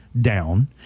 down